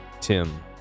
Tim